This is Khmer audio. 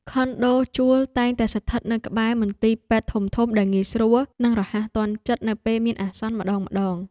ខុនដូជួលតែងតែស្ថិតនៅក្បែរមន្ទីរពេទ្យធំៗដែលងាយស្រួល និងរហ័សទាន់ចិត្តនៅពេលមានអាសន្នម្តងៗ។